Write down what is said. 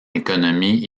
économie